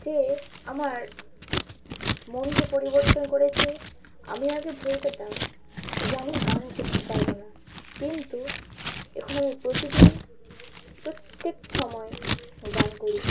সে আমার মনকে পরিবর্তন করেছে আমি আগে ভয় পেতাম যে আমি গান করতে পারবো না কিন্তু এখন আমি প্রতিদিন প্রত্যেক সময় গান করি